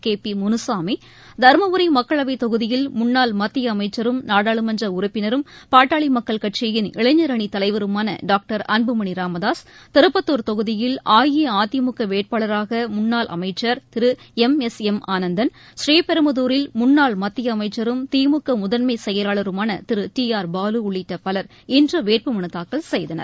கேபிமுனுசாமி தருமபுரி மக்களவைத் தொகுதியில் முன்னாள் மத்தியஅமைச்சரும் நாடாளுமன்றஉறுப்பினரும் பாட்டாளிமக்கள் கட்சியின் இளைஞரணிதலைவருமானடாக்டர் அன்புமணிராமதாஸ் திருப்பத்துர் தொகுதியில் அஇஅதிமுகவேட்பாளரானமுன்னாள் அமைச்சர் திருளம் எஸ் எம் ஆனந்தன் ஸ்ரீபெரும்புதூரில் முன்னாள் மத்தியஅமைச்சரும் திமுகமுதன்மைசெயலாளருமானதிரு டி ஆர் பாலு உள்ளிட்டபலர் இன்றுவேட்புமனுதாக்கல் செய்தனர்